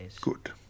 Good